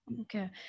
okay